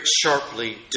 sharply